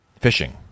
Fishing